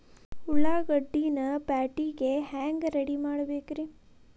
ಉಳ್ಳಾಗಡ್ಡಿನ ಪ್ಯಾಟಿಗೆ ಹ್ಯಾಂಗ ರೆಡಿಮಾಡಬೇಕ್ರೇ?